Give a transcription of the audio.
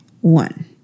one